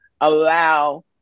allow